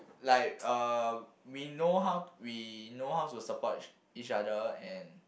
like uh we know how we know how to support each each other and